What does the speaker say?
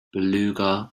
beluga